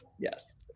yes